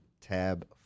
tab